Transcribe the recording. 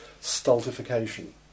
stultification